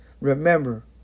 Remember